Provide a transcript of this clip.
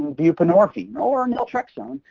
buprenorphine, or naltrexone,